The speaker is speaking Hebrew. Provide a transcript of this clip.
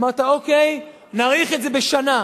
אמרת: אוקיי, נאריך את זה בשנה.